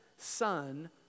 son